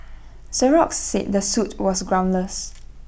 Xerox said the suit was groundless